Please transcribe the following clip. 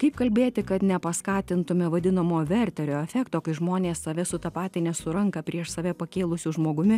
kaip kalbėti kad nepaskatintume vadinamo verterio efekto kai žmonės save sutapatinę su ranką prieš save pakėlusiu žmogumi